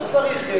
לא צריך,